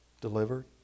delivered